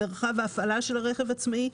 מרחב ההפעלה של הרכב העצמאי,